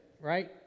Right